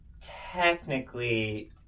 technically